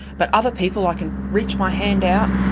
but other people, i can reach my hand out